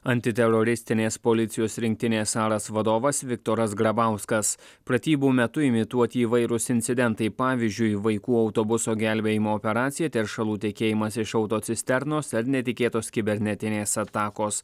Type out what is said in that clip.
antiteroristinės policijos rinktinės aras vadovas viktoras grabauskas pratybų metu imituoti įvairūs incidentai pavyzdžiui vaikų autobuso gelbėjimo operacija teršalų tekėjimas iš autocisternos ar netikėtos kibernetinės atakos